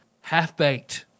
Half-Baked